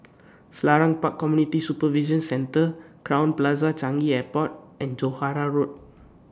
Selarang Park Community Supervision Centre Crowne Plaza Changi Airport and Johore Road